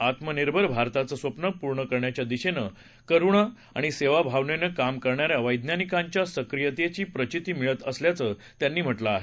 आत्मनिर्भर भारताचं स्वप्नं पूर्ण करण्याच्या दिशेनं करुणा आणि सेवाभावनेनं काम करणाऱ्या वझीनिकांच्या सक्रियतेची प्रचिती मिळत असल्याचं त्यांनी म्हटलं आहे